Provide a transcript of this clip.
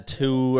two